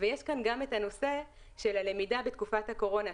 ויש כאן גם את הנושא של הלמידה בתקופת הקורונה,